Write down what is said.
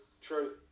true